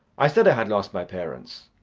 i said i had lost my parents.